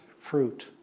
fruit